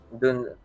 dun